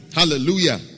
hallelujah